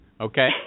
okay